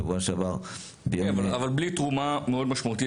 שבוע שעבר --- אבל בלי תרומה מאוד משמעותית,